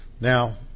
now